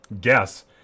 guess